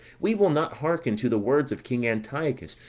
we will not hearken to the words of king antiochus,